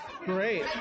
great